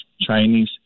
Chinese